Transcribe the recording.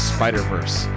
Spider-Verse